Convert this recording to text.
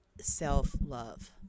self-love